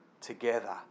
together